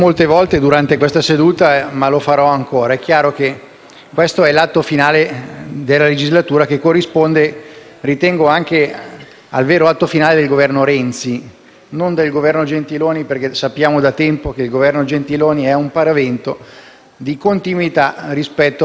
questo è l'atto finale della legislatura, che ritengo corrisponda anche al vero atto finale del Governo Renzi. Non parlo del Governo Gentiloni Silveri, perché sappiamo da tempo che esso è un paravento della continuità rispetto alla politica del Governo Renzi e lo è anche fisicamente, nelle persone.